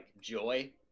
joy